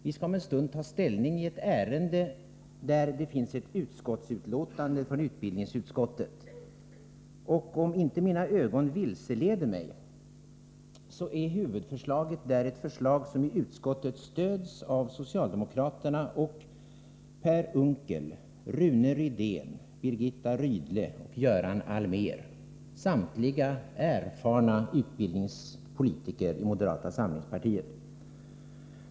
Vi skall om en stund ta ställning i ett ärende där det finns ett betänkande från utbildningsutskottet. Om inte mina ögon vilseleder mig, är huvudförslaget där ett förslag som i utskottet stötts av socialdemokraterna och Per Unckel, Rune Rydén, Birgitta Rydle och Göran Allmér, samtliga erfarna utbildningspolitiker i moderata samlingspartiet.